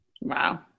Wow